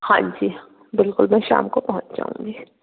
हाँ जी बिल्कुल मैं शाम को पहँच जाऊँगी